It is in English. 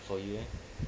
so you eh